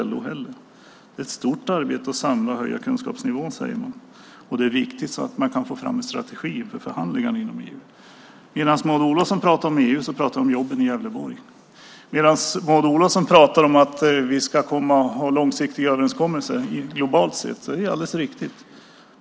Det är ett stort arbete att samla och höja kunskapsnivån, säger man. Det är viktigt så att man kan få fram en strategi för förhandlingar inom EU. Medan Maud Olofsson talar om EU, talar jag om jobben i Gävleborg. Maud Olofsson talar om att vi ska ha långsiktiga överenskommelser globalt. Det är helt riktigt.